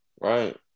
right